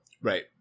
Right